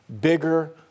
bigger